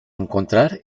encontrar